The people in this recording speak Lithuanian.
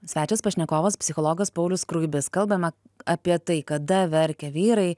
svečias pašnekovas psichologas paulius skruibis kalbame apie tai kada verkia vyrai